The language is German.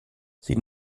sie